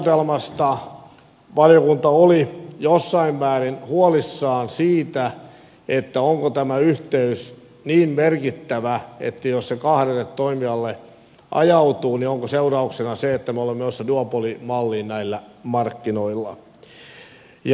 kilpailullisesta vaikutelmasta valiokunta oli jossain määrin huolissaan siitä onko tämä yhteys niin merkittävä että jos se kahdelle toimijalle ajautuu niin onko seurauksena se että me olemme menossa duopolimalliin näillä markkinoilla